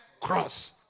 cross